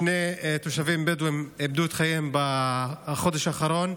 שני תושבים בדואים איבדו את חייהם בחודש האחרון,